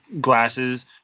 glasses